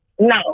No